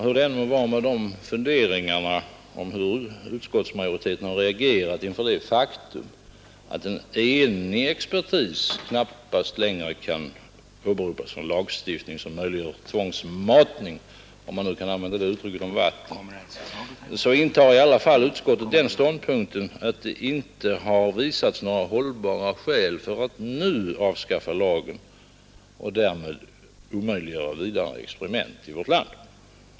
Hur det än må vara med dessa funderingar om hur utskottsmajoriteten har reagerat inför det faktum att en enig expertis knappast längre kan åberopas för en lagstiftning, som möjliggör tvångsmatning, om man nu kan använda det uttrycket om just vatten, så intar i alla fall utskottet den ståndpunkten att det inte har visats några hållbara skäl för att nu avskaffa lagen och därmed omöjliggöra vidare experiment i vårt land.